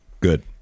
Good